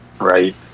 Right